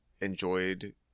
enjoyed